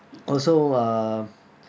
also um